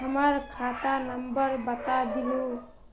हमर खाता नंबर बता देहु?